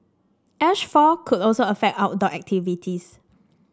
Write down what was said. ash fall could also affect outdoor activities